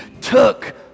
took